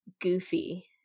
goofy